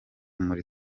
muri